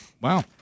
Wow